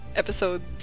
episode